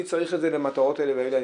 אני צריך את זה למטרות האלה והאלה,